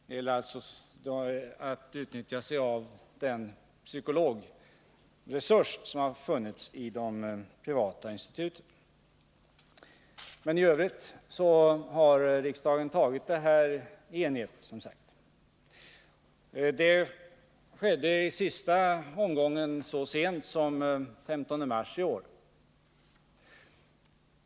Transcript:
Den handlar om att utnyttja den psykologresurs som har funnits i de privata instituten. I övrigt har riksdagen fattat beslut i enighet. Det skedde i sista omgången så sent som den 15 mars i år.